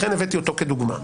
לכן הבאתי אותו כדוגמה.